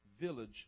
village